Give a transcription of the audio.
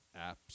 apps